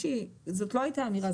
זאת לא הייתה האמירה,